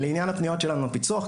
לעניין הפניות שלנו לפיצו"ח,